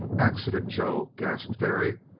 accident, joe, gasped terry.